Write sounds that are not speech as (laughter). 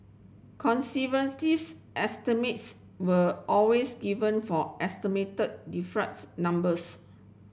(unintelligible) estimates were always given for estimated (unintelligible) numbers